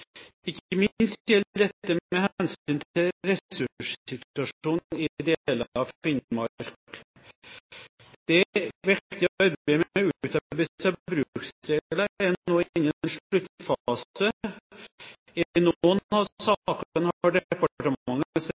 Ikke minst gjelder dette med hensyn til ressurssituasjonen i deler av Finnmark. Det viktige arbeidet med utarbeidelse av bruksregler er nå inne i en sluttfase. I noen av sakene har departementet